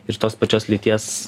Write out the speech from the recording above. ir tos pačios lyties